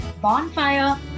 Bonfire